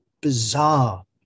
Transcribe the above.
bizarre